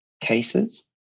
cases